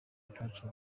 ataco